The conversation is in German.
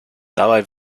dabei